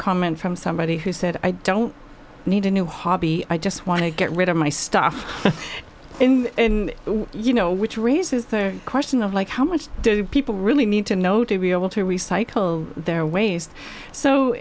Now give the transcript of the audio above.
comment from somebody who said i don't need a new hobby i just want to get rid of my stuff you know which raises the question of like how much do people really need to know to be able to recycle their ways